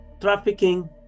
Trafficking